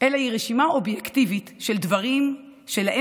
אלא היא רשימה אובייקטיבית של דברים שלהם